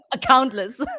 Countless